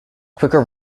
quicker